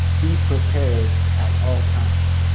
be prepared at all times.